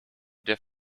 der